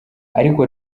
ariko